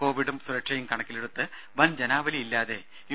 കൊവിഡും സുരക്ഷയും കണക്കിലെടുത്ത് വൻ ജനാവലി ഇല്ലാതെ യു